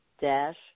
dash